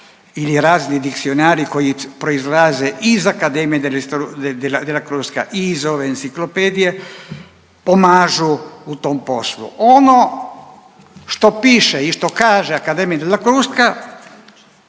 ili razni dikcionari koji proizlaze iz Accademie della Crusca i iz ove enciklopedije, pomažu u tom poslu. Ono što piše i što kaže Accademia della Crusca,